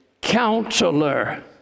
counselor